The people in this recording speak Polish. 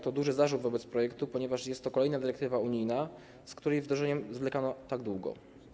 To duży zarzut wobec projektu, ponieważ jest to kolejna dyrektywa unijna, z której wdrożeniem zwlekano tak długo.